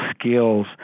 skills